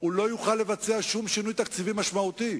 הוא לא יוכל לבצע שום שינוי תקציבי משמעותי,